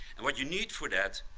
and what you need for that,